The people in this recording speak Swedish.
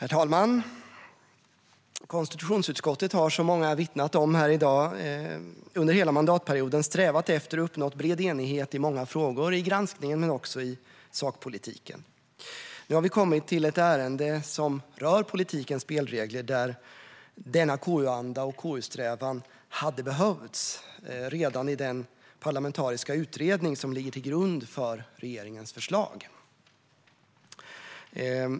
Indelning i utgifts-områden och en sammanhållen budgetprocess Herr talman! Konstitutionsutskottet har, som många har vittnat om i dag, under hela mandatperioden strävat efter att uppnå bred enighet i många frågor i granskningen och i sakpolitiken. Nu har vi kommit till ett ärende som rör politikens spelregler där denna KU-anda och KU-strävan hade behövts redan i den parlamentariska utredning som ligger till grund för regeringens förslag.